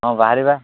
ହଁ ବାହାରିବା